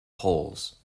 holes